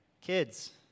Kids